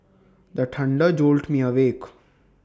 the thunder jolt me awake